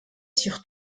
sur